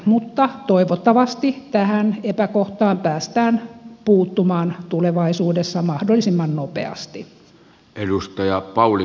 mutta toivottavasti tähän epäkohtaan päästään puuttumaan tulevaisuudessa mahdollisimman nopeasti